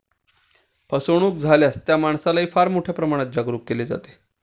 फसवणूक झाल्यास त्या माणसालाही फार मोठ्या प्रमाणावर जागरूक केले जाते